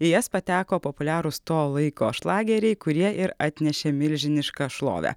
į jas pateko populiarūs to laiko šlageriai kurie ir atnešė milžinišką šlovę